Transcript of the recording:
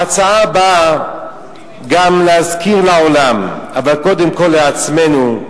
ההצעה באה גם להזכיר לעולם, אבל קודם כול לעצמנו,